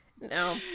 No